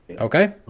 Okay